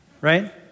right